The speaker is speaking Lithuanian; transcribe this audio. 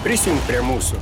prisijunk prie mūsų